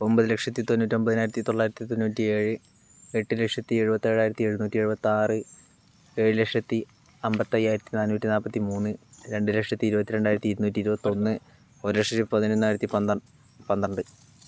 ഒമ്പത് ലക്ഷത്തി തൊണ്ണുറ്റൊമ്പതിനായിരത്തി തൊള്ളായിരത്തി തൊണ്ണൂറ്റി ഏഴ് എട്ട് ലക്ഷത്തി എഴുപത്തേഴായിരത്തി എഴുന്നൂറ്റി എഴുപത്താറ് ഏഴ് ലക്ഷത്തി അമ്പത്തയ്യായിരത്തി നാനൂറ്റി നാൽപ്പത്തി മൂന്ന് രണ്ട് ലക്ഷത്തി ഇരുപത്തി രണ്ടായിരത്തി ഇരുനൂറ്റി ഇരുപത്തൊന്ന് ഒരു ലക്ഷത്തി പതിനൊന്നായിരത്തി പന്ത്രണ്ട്